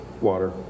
water